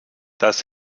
das